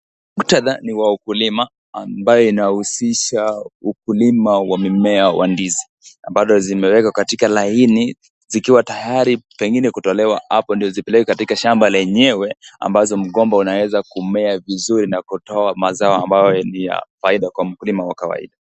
Muktadha ni wa ukulima ambaye inahusisha ukulima wa mimea wa ndizi ambalo zimewekwa katika laini zikiwa tayari pengine kutolewa hapo ndio zipelekwe katika shamba lenyewe ambazo mgomba unaweza kumea vizuri na kutoa mazao ambayo ni ya faida kwa mkulima wa kawaida.